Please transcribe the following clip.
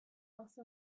else